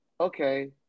okay